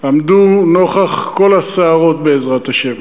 עמדו נוכח כל הסערות בעזרת השם,